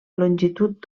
longitud